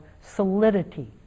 solidity